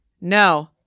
No